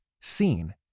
seen